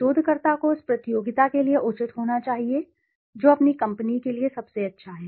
शोधकर्ता को उस प्रतियोगी के लिए उचित होना चाहिए जो अपनी कंपनी के लिए सबसे अच्छा है